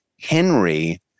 Henry